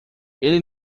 ele